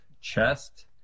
chest